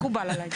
מקובל עליי.